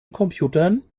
computern